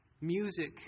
music